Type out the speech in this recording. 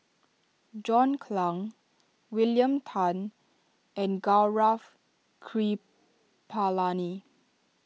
John Clang William Tan and Gaurav Kripalani